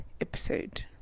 episode